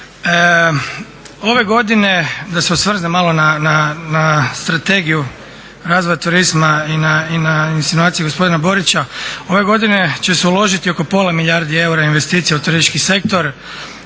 Ove godine, da se osvrnem malo na Strategiju razvoja turizma i na insinuacije gospodina Borića, ove godine će se uložiti oko pola milijarde eura investicija u turistički sektor.